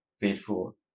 faithful